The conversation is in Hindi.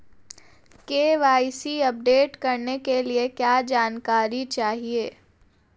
के.वाई.सी अपडेट करने के लिए क्या जानकारी चाहिए?